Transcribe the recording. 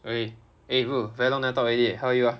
okay eh bro very long never talk already how are you ah